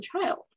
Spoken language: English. child